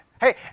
Hey